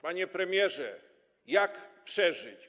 Panie premierze, jak przeżyć?